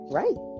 right